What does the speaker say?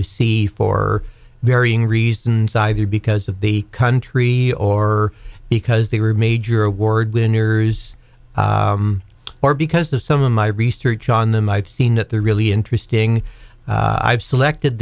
to see for varying reasons either because of the country or because they were major award winners or because of some of my research on the might seen at the really interesting i've selected